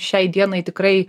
šiai dienai tikrai